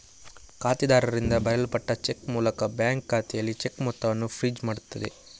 ಖಾತೆದಾರರಿಂದ ಬರೆಯಲ್ಪಟ್ಟ ಚೆಕ್ ಮೂಲಕ ಬ್ಯಾಂಕು ಖಾತೆಯಲ್ಲಿ ಚೆಕ್ ಮೊತ್ತವನ್ನ ಫ್ರೀಜ್ ಮಾಡ್ತದೆ